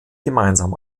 gemeinsam